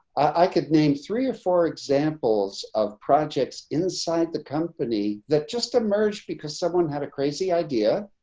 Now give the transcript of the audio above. i could name three or four examples of projects inside the company that just emerged because someone had a crazy idea.